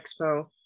Expo